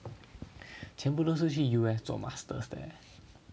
全部都是去 U_S 做 masters 的